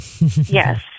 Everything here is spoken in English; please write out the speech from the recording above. Yes